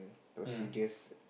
procedures